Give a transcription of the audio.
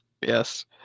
yes